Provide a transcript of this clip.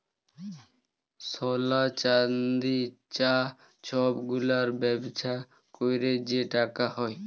সলা, চাল্দি, চাঁ ছব গুলার ব্যবসা ক্যইরে যে টাকা হ্যয়